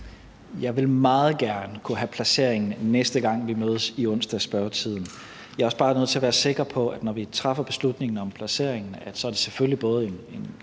Jeg ville meget gerne kunne have placeringen, næste gang vi mødes i onsdagsspørgetiden. Jeg er også bare nødt til at være sikker på, når vi træffer beslutningen om placeringen, at det så selvfølgelig er en